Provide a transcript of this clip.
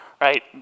right